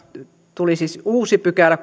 tuli siis uusi kuudestoista pykälä